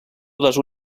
les